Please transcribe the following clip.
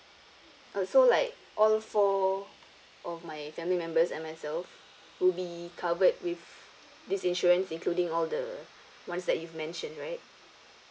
uh so like all four of my family members and myself will be covered with this insurance including all the ones that you've mentioned right